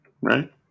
right